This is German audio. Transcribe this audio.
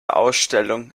ausstellung